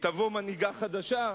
תבוא מנהיגה חדשה.